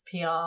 PR